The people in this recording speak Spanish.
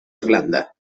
irlanda